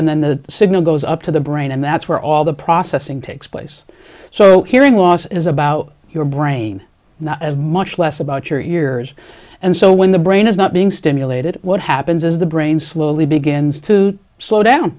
and then the signal goes up to the brain and that's where all the processing takes place so hearing loss is about your brain not much less about your years and so when the brain is not being stimulated what happens is the brain slowly begins to slow down